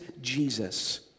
Jesus